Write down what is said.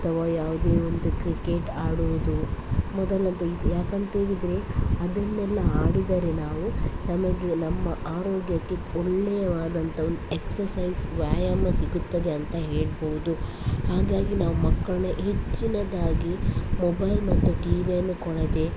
ಅಥವಾ ಯಾವುದೇ ಒಂದು ಕ್ರಿಕೆಟ್ ಆಡುವುದು ಮೊದಲಿನಂತೆ ಇದು ಯಾಕಂತೇಳಿದರೆ ಅದನ್ನೆಲ್ಲಾ ಆಡಿದರೆ ನಾವು ನಮಗೆ ನಮ್ಮ ಆರೋಗ್ಯಕ್ಕೆ ಒಳ್ಳೆಯವಾದಂಥ ಒಂದು ಎಕ್ಸಸೈಸ್ ವ್ಯಾಯಾಮ ಸಿಗುತ್ತದೆ ಅಂತ ಹೇಳ್ಬೋದು ಹಾಗಾಗಿ ನಾವು ಮಕ್ಕಳು ಹೆಚ್ಚಿನದಾಗಿ ಮೊಬೈಲ್ ಮತ್ತು ಟಿ ವಿಯನ್ನು ಕೊಡದೇ